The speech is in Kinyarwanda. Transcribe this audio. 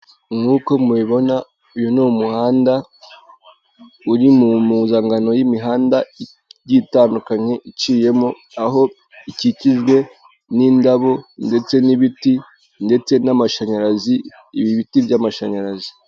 Nkuko mubibona uyu ni umuhanda uri mu mpuzangano y'imihanda igiye itandukanye iciyemo, aho ikikijwe n'indabo ndetse n'ibiti ndetse n'amashanyarazi, ibi biti by'amashanyarazi.